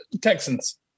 Texans